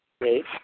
Great